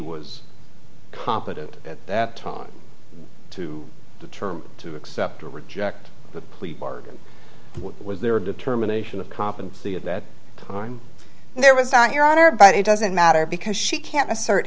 was competent at that time to determine to accept or reject the plea bargain was their determination of comp and the at that time there was not your honor but it doesn't matter because she can't assert